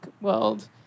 world